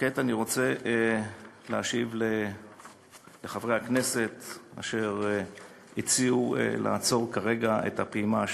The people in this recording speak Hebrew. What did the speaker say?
כעת אני רוצה להשיב לחברי הכנסת אשר הציעו לעצור כרגע את הפעימה,